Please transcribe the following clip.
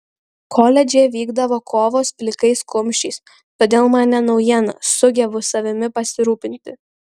koledže vykdavo kovos plikais kumščiais todėl man ne naujiena sugebu savimi pasirūpinti